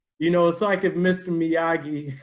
you know ah so like it mr. miyagi,